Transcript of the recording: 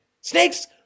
Snakes